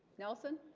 nelson